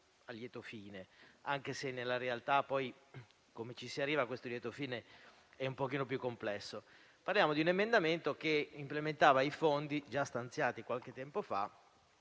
a lieto fine, anche se, nella realtà, come si sia arrivati a questo lieto fine è un po' più complesso. Parliamo di un emendamento che implementava i fondi, già stanziati qualche tempo fa,